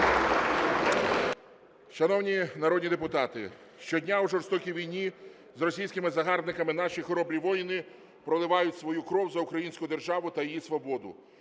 Шановні народні депутати, щодня у жорстокій війні з російськими загарбниками наші хоробрі воїни проливають свою кров за українську державу та її свободу.